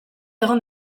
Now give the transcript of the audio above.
egon